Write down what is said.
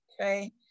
Okay